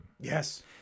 Yes